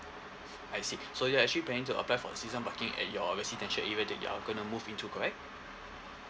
I see so you're actually planning to apply for season parking at your residential area that you're going to move into correct